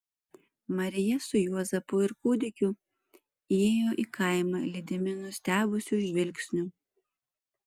marija su juozapu ir kūdikiu įėjo į kaimą lydimi nustebusių žvilgsnių